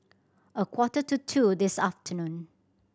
a quarter to two this afternoon